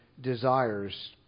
desires